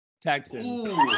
Texans